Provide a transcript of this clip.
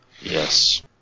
Yes